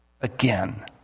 Again